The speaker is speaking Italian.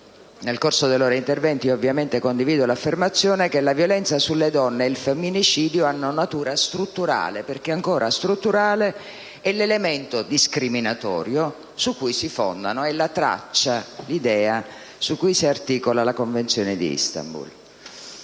nel corso dei loro interventi - ed io condivido l'affermazione - che la violenza sulle donne e il femminicidio hanno natura strutturale perché ancora strutturale è l'elemento discriminatorio su cui si fondano; è la traccia e l'idea su cui si articola la Convenzione di Istanbul.